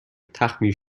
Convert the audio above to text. تخمیر